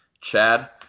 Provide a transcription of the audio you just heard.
Chad